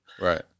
Right